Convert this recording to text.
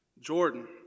Jordan